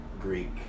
Greek